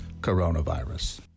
coronavirus